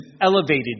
elevated